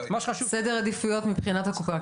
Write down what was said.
סדר עדיפויות מבחינת הקופה.